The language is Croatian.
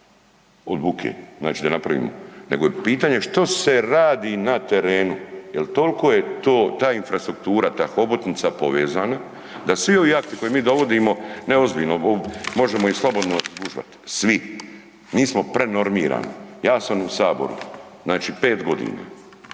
od buke, znači da napravimo. Nego je pitanje što se radi na terenu. Jer toliko je to, ta infrastruktura, ta hobotnica povezana da svi ovi akti koje mi dovodimo, ne, ozbiljno, možemo ih slobodno zgužvati. Svi. Mi smo prenormirani. Ja sam u Saboru, znači 5 godina.